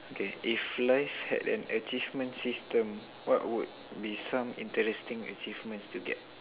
okay if life had an achievement system what would be some interesting achievement to get